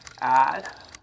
add